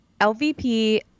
LVP